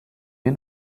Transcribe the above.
mir